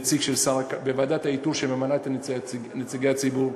בוועדת האיתור שממנה את נציגי הציבור.